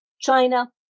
China